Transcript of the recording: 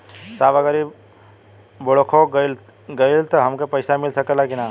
साहब अगर इ बोडखो गईलतऽ हमके पैसा मिल सकेला की ना?